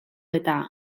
eta